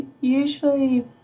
usually